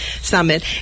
Summit